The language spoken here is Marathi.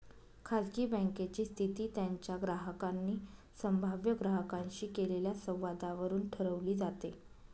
खाजगी बँकेची स्थिती त्यांच्या ग्राहकांनी संभाव्य ग्राहकांशी केलेल्या संवादावरून ठरवली जाते